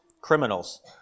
criminals